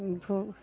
उ भू